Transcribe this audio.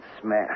smash